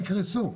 יקרסו,